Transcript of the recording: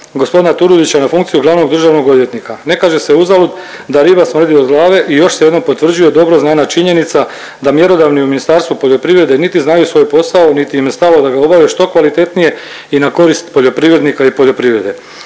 gospodina Turudića na funkciju glavnog državnog odvjetnika. Ne kaže se uzalud da riba smrdi od glave i još se jednom potvrđuje dobro znana činjenica da mjerodavni u Ministarstvu poljoprivrede niti znaju svoj posao niti im je stalo da ga obave što kvalitetnije i na korist poljoprivrednika i poljoprivrede,